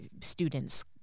students